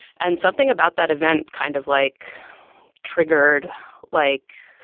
and something about that event kind of like triggered like,